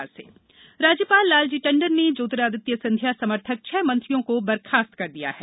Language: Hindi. राज्यपाल राज्यपाल लालजी टण्डन ने ज्योतिरादित्य सिंधिया समर्थक छह मंत्रियों को बर्खास्त कर दिया है